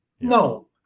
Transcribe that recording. no